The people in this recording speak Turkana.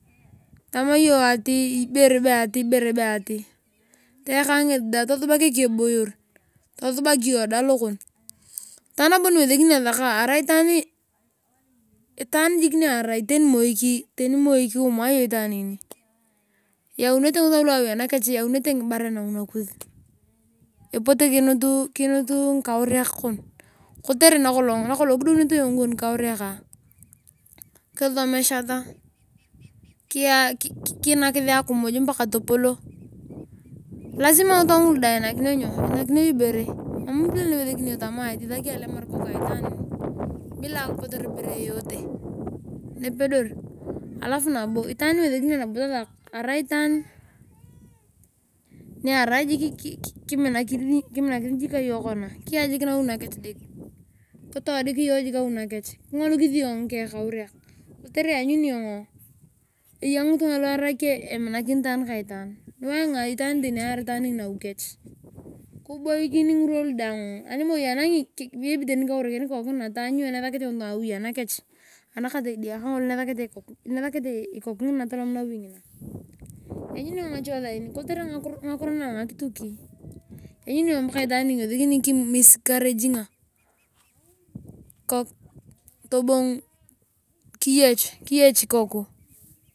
Tamaa iyo atii ibere be atii ibere be atii. teyaka ngesi dae tasubak ekeboyor tasutok ioyng dae lokon tani nabo niwesekini yong tasaka arai itaan. Itaan jiik niarai tani moi. Kuuma iyong itaan ngini eyaunete ngitunga lua awi anakech eyaunete ngibaren nawi nakus epote kiinut kiinut ngikaureak kon kotere nakolong kidouneto ngikaureak kisomeshata kiyaasi kinaakis akimiy moaka topoko. Lasima ngitunga ngulu de einakinio nyo einakinio ibore mam pili niwese yong tama leaki yong alemar ikoku aitwaan bila akipotor ibore yeyote nepedor alaf nabo itwaan niwesekini yong tasak arai itwaan niarai jik kiminakin jik ka yong kona kiya jiik nawi nakech jik kitodik yor jiik awi nakaech kingolikis yong ngikaurek kech. Kotere ianyuni iyong eya ngitunga lu arai ke eminakin taani ka haan niwainga itwaan teni ayari itwaan nawi kech kiboikin ngirwa lu danh animoi enangi maybe tani keurikin ikoku ngina taany yong nesakete ngitunga awi anakech anakata edia kangolo mesakete ikoku ngina tolom nawi ngina lanyuni ngache saani kotere ngakiro na ngakituk lanyuni yong paka itwaan ngini iwesekini kimisikarejinga kok tobong kiyech. kiyech ikoku.